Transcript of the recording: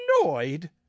annoyed